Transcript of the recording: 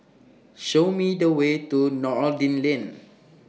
Show Me The Way to Noordin Lane